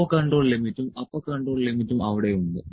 lower control ലിമിറ്റും upper control ലിമിറ്റും അവിടെ ഉണ്ട്